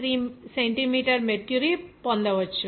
3 centimetre mercury పొందవచ్చు